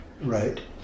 Right